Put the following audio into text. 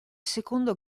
secondo